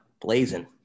blazing